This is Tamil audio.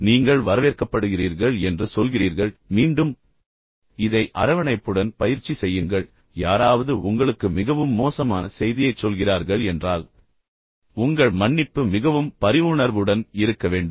எனவே நீங்கள் வரவேற்கப்படுகிறீர்கள் என்று சொல்கிறீர்கள் எனவே மீண்டும் ஒரு வகையான அரவணைப்புடன் இப்போது இதை அரவணைப்புடன் பயிற்சி செய்யுங்கள் பின்னர் யாராவது உங்களுக்கு மிகவும் மோசமான செய்தியைச் சொல்கிறார்கள் என்றால் பின்னர் உங்கள் மன்னிப்பு மிகவும் பரிவுணர்வுடன் இருக்க வேண்டும்